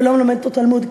ולא מלמד אותו תלמוד,